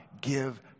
give